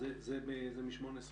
זה מ-2018 ל-2019,